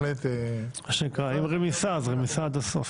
מה שנקרא אם רמיסה, אז רמיסה עד הסוף.